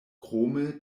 krome